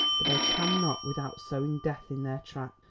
but they cannot without sowing death in their track.